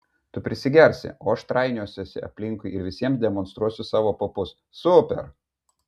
tu prisigersi o aš trainiosiuosi aplinkui ir visiems demonstruosiu savo papus super